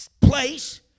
place